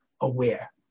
aware